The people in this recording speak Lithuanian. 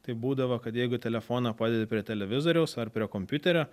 tai būdavo kad jeigu telefoną padedi prie televizoriaus ar prie kompiuterio